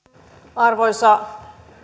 arvoisa